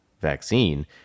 vaccine